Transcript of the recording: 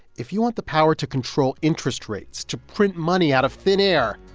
if you want the power to control interest rates, to print money out of thin air,